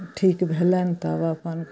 ठीक भेलनि तब अपन हम